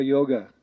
Yoga